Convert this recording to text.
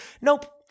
Nope